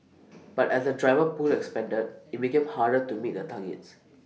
but as the driver pool expanded IT became harder to meet the targets